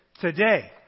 Today